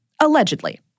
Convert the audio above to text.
allegedly